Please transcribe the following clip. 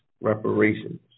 reparations